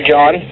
John